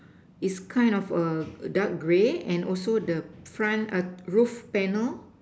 is kind of a dark grey and also the front err roof panel